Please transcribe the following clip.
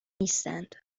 نیستند